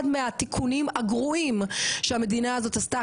אחד מהתיקונים הגרועים שהמדינה הזאת עשתה,